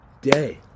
day